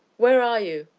where are you?